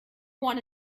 wanna